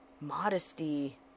modesty